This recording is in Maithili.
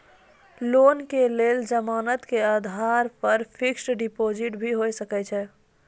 लोन के लेल जमानत के आधार पर फिक्स्ड डिपोजिट भी होय सके छै?